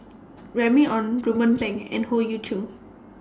Remy Ong Ruben Pang and Howe Yoon Chong